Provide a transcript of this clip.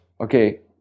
Okay